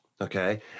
okay